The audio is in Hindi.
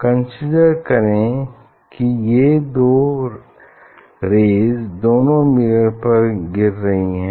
कंसीडर करें की ये दो रेज़ दोनों मिरर पर गिरती हैं